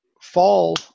fall